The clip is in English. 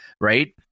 right